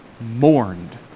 mourned